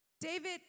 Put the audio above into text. David